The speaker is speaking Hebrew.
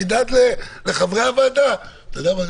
הידד לחברי הוועדה אתה יודע מה,